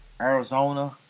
Arizona